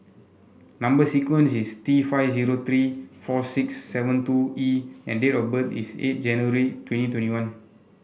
number sequence is T five zero three four six seven two E and date of birth is eight January twenty twenty one